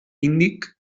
índic